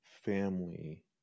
family